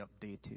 updated